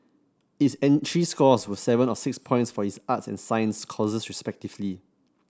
its entry scores were seven and six points for its arts and science courses respectively